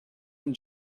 and